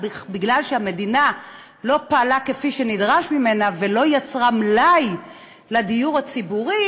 אבל בגלל שהמדינה לא פעלה כפי שנדרש ממנה ולא יצרה מלאי לדיור הציבורי,